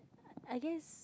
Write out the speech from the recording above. I guess